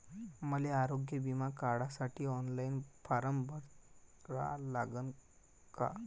मले आरोग्य बिमा काढासाठी ऑनलाईन फारम भरा लागन का?